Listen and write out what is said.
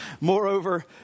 Moreover